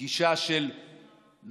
לא מגישה של בסוף,